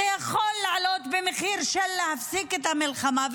יכול להיות לזה מחיר של להפסיק את המלחמה,